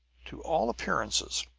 to all appearances,